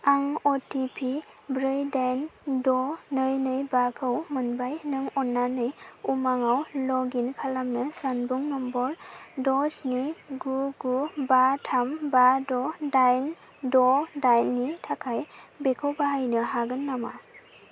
आं OTP ब्रै दाइन द' नै नै बाखौ मोनबाय नों अननानै उमांआव लग इन खालामनो जानबुं नम्बर द' स्नि गु गु बा थाम बा द' दाइन द' दाइननि थाखाय बेखौ बाहायनो हागोन नामा